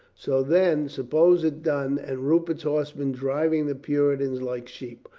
so, then, suppose it done, and rupert's horsemen driving the puritans like sheep.